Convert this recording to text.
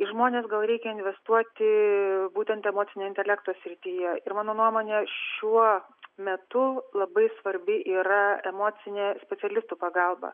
į žmonės gal reikia investuoti būtent emocinio intelekto srityje ir mano nuomone šiuo metu labai svarbi yra emocinė specialistų pagalba